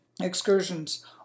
excursions